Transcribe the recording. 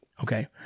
okay